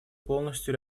полностью